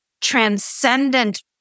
transcendent